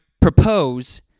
propose